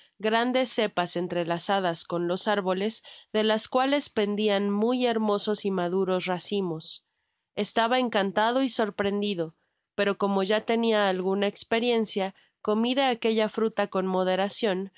grandes cepas entrelazadas con los árboles de las cuales pendian muy hermosos y maduros racimos estaba encantado y sorprendido pero como ya tenia alguna esperiencia comi de aquella fruta coi moderacion